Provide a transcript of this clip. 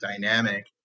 dynamic